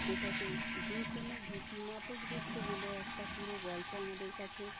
সেটা তো যে কোনো গীতিনাটক দেখতে গেলে একটা পুরো গল্প আমাদের কাছে